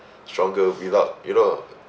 stronger build up you know